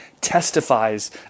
testifies